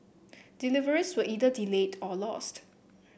deliveries were either delayed or lost